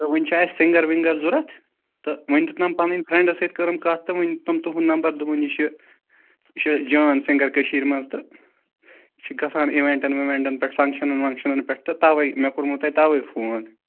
تہٕ وٕنۍ چھِ اَسہِ سِنٛگر وِنٛگر ضوٚرتھ تہٕ وۄنۍ دیُتنَم پَنٕنۍ فرٛٮ۪نڈَس سۭتۍ کٔرٕم کَتھ تہٕ وۄنۍ دیُتنَم تُہُنٛد نَمبر دوٚپُن یہِ چھِ یہِ چھُ جان سِنٛگَر کٔشیٖر منٛز تہٕ یہِ چھُ گژھان اِوٮ۪نٹَن وِوٮ۪نٹن پٮ۪ٹھ فنٛگشَنَن وَنٛگشَنَن پٮ۪ٹھ تہٕ تَوَے مےٚ کوٚرمو تۄہہِ تَوَے فون